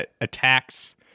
attacks